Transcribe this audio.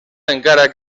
encara